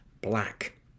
black